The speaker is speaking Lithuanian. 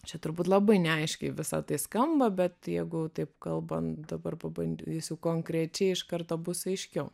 čia turbūt labai neaiškiai visa tai skamba bet jeigu taip kalbant dabar pabandysiu konkrečiai iš karto bus aiškiau